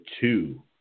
two